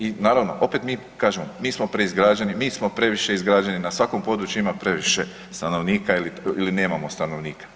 I naravno opet mi kažemo, mi smo preizgrađeni, mi smo previše izgrađeni, na svakom području ima previše stanovnika ili nemamo stanovnika.